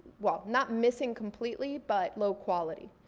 well not missing completely, but low quality.